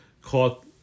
caught